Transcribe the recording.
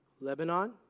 Lebanon